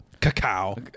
Cacao